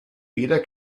jeder